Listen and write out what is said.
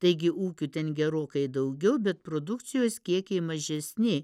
taigi ūkių ten gerokai daugiau bet produkcijos kiekiai mažesni